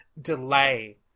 delay